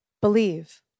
believe